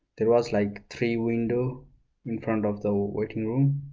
there was like three windows in front of the waiting room.